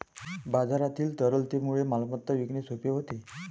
बाजारातील तरलतेमुळे मालमत्ता विकणे सोपे होते